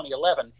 2011